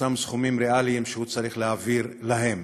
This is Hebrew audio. מאותם סכומים ריאליים שהוא צריך להעביר להם.